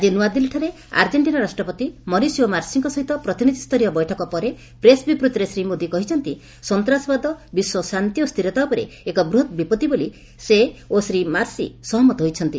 ଆକି ନ୍ତଆଦିଲ୍ଲୀଠାରେ ଆର୍ଜେଣ୍ଟିନା ରାଷ୍ଟ୍ରପତି ମରିସିଓ ମାର୍ସୀଙ୍କ ସହିତ ପ୍ରତିନିଧିଷ୍ଠରୀୟ ବୈଠକ ପରେ ପ୍ରେସ ବିବୃତ୍ତିରେ ଶ୍ରୀ ମୋଦି କହିଛନ୍ତି ସନ୍ତାସବାଦ ବିଶ୍ୱ ଶାନ୍ତି ଓ ସ୍ଥିରତା ଉପରେ ଏକ ବୁହତ ବିପତ୍ତି ବୋଲି ସେ ଓ ଶ୍ରୀ ମାର୍ସୀ ସହମତ ହୋଇଛନ୍ତି